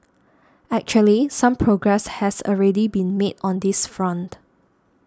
actually some progress has already been made on this front